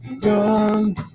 Gone